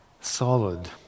Solid